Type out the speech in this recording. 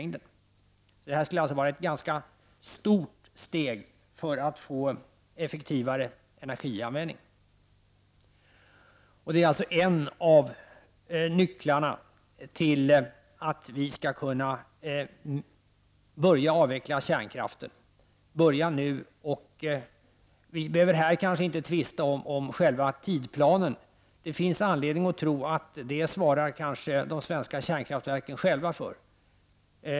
Det här skulle alltså vara ett ganska stort steg mot en effektivare energianvändning. Det är således en av nycklarna beträffande början på avvecklingen av kärnkraften. Det gäller att börja nu. Vi behöver kanske inte tvista om själva tidplanen här. Det finns anledning att tro att de svenska kärnkraftverken själva svarar för den saken.